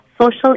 social